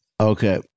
Okay